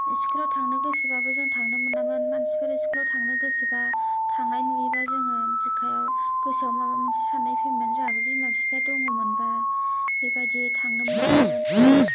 इस्कुलाव थांनो गोसोबाबो जों थांनो मोनामोन मानसिफोरा स्कुलाव थांनो गोसोबा थांनाय नुयोबा जोङो बिखायाव गोसोयाव जोंहाबो मोबा मोनसे साननाय फैयोमोन बिमा बिफाया दङमोनबा बेबिदि थांनो मोनगौमोन